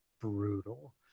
brutal